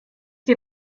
die